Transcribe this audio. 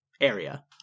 Area